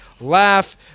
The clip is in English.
Laugh